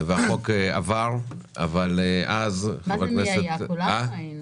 החוק עבר והיום אחר הצוהריים היינו